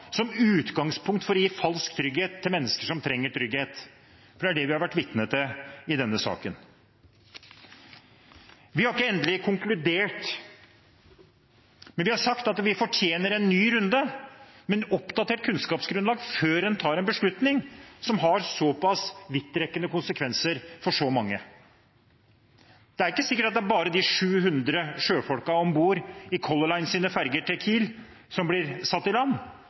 som utgangspunkt for å gi falsk trygghet til mennesker som trenger trygghet. Det er det vi har vært vitne til i denne saken. Vi har ikke konkludert endelig, men vi har sagt at man fortjener en ny runde, med et oppdatert kunnskapsgrunnlag, før man tar en beslutning som har såpass vidtrekkende konsekvenser for så mange. Det er ikke sikkert at det bare er de 700 sjøfolkene om bord i Color Lines ferger til Kiel som blir satt i land.